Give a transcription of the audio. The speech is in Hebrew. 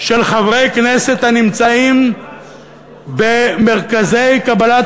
של חברי כנסת הנמצאים במרכזי קבלת